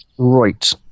Right